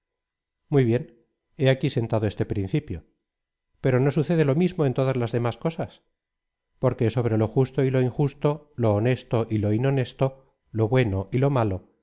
muy bien hé aquí sentado este principio pero no sucede lo mismo en todas las demás cosas porque sobre lo justo y lo injusto lo honesto y lo inhonesto lo bueno y lo malo